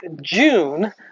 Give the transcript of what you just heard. June